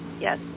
Yes